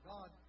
God